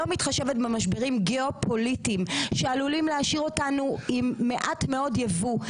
לא מתחשבת במשברים גאופוליטיים שעלולים להשאיר אותנו עם מעט מאוד יבוא.